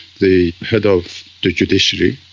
the head of the judiciary,